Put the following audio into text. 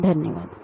खूप खूप धन्यवाद